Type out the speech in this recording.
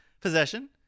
possession